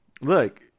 Look